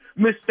Mr